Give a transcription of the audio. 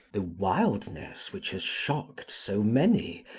the wildness which has shocked so many,